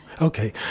Okay